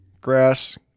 grass